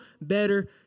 better